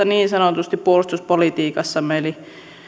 niin sanotusti peruspalikoista puolustuspolitiikassamme eli